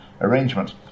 arrangement